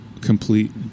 complete